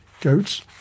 goats